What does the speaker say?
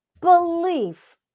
belief